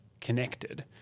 connected